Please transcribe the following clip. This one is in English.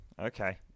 Okay